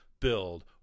build